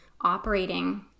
operating